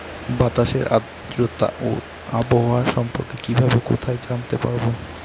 বাতাসের আর্দ্রতা ও আবহাওয়া সম্পর্কে কিভাবে কোথায় জানতে পারবো?